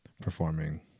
performing